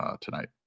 tonight